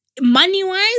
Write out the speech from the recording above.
money-wise